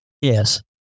Yes